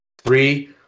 Three